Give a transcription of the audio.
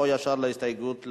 או ישר על ההסתייגות,